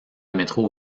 métro